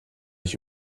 ich